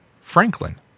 Franklin